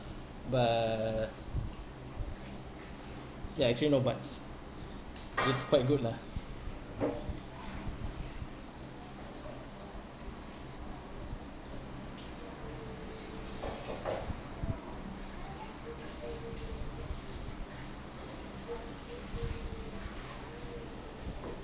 but ya actually not much it's quite good lah